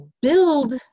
build